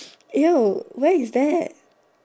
where is that